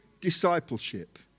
discipleship